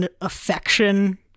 affection